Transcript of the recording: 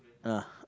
uh